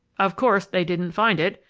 of course they didn't find it,